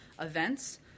events